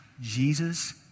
Jesus